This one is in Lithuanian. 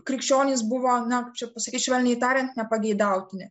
krikščionys buvo na kaip čia pasakyt švelniai tariant nepageidautini